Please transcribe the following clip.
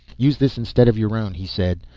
use this instead of your own, he said.